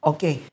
Okay